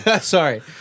sorry